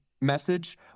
message